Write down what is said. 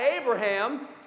Abraham